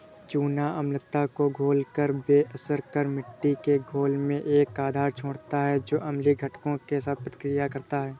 चूना अम्लता को घोलकर बेअसर कर मिट्टी के घोल में एक आधार छोड़ता है जो अम्लीय घटकों के साथ प्रतिक्रिया करता है